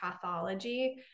pathology